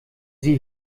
sie